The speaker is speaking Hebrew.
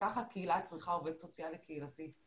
ככה הקהילה צריכה עובד סוציאלי קהילתי.